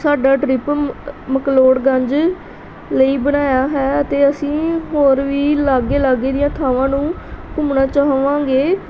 ਸਾਡਾ ਟਰਿੱਪ ਮੈਕਲੋਡਗੰਜ ਲਈ ਬਣਾਇਆ ਹੈ ਅਤੇ ਅਸੀਂ ਹੋਰ ਵੀ ਲਾਗੇ ਲਾਗੇ ਦੀਆਂ ਥਾਵਾਂ ਨੂੰ ਘੁੰਮਣਾ ਚਾਹਵਾਂਗੇ